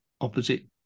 opposite